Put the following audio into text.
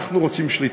אנחנו רוצים שליטה.